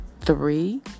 Three